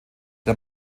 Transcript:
der